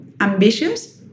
ambitious